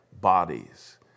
bodies